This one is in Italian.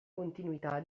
continuità